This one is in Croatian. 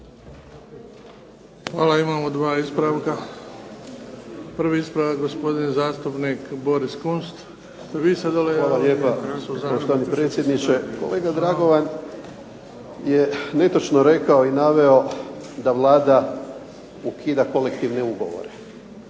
Hvala. Imamo dva ispravka. Prvi ispravak gospodin zastupnik Boris Kunst. Izvolite. **Kunst, Boris (HDZ)** Hvala lijepo poštovani predsjedniče. Kolega Dragovan je netočno rekao i naveo da Vlada ukida kolektivne ugovore.